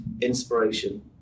inspiration